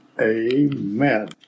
amen